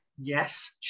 Yes